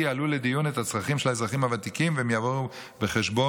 יעלו לדיון את הצרכים של האזרחים הוותיקים והם יובאו בחשבון.